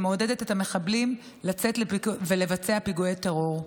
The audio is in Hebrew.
שמעודדת את המחבלים לצאת ולבצע פיגועי טרור.